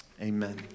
Amen